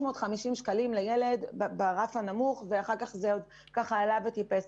שקלים לילד ברף הנמוך ואחר כך זה טיפס.